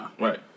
right